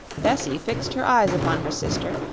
bessie fixed her eyes upon her sister,